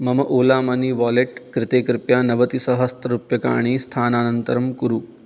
मम Ola money wallet कृते कृपया नवतिसहस्ररूप्यकाणि स्थानान्तरं कुरु